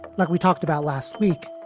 like we talked about last week.